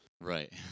Right